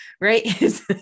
Right